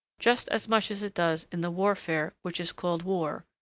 just as much as it does in the warfare which is called war,